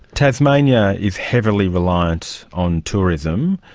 tasmania is heavily reliant on tourism.